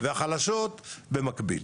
והחלשות במקביל.